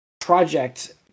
project